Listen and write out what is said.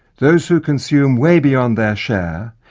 those who consume way beyond their share,